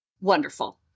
wonderful